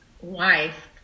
wife